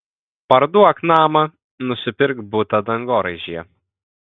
parduok namą nusipirk butą dangoraižyje